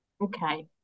Okay